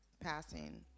passing